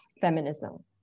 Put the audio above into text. feminism